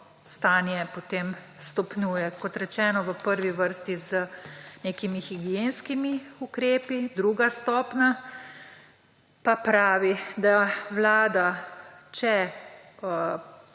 stanje potem stopnjuje. Kot rečeno, v prvi vrsti z nekimi higienski ukrepi, druga stopnja pa pravi, da vlada, če